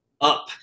up